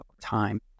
time